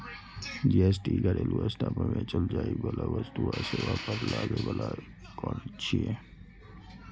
GST घरेलू स्तर पर बेचल जाइ बला वस्तु आ सेवा पर लागै बला कर छियै